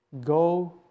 Go